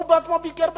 הוא עצמו ביקר באתיופיה.